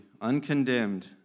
uncondemned